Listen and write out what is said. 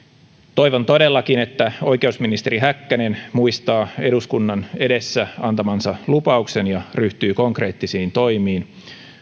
toivon todellakin että oikeusministeri häkkänen muistaa eduskunnan edessä antamansa lupauksen ja ryhtyy konkreettisiin toimiin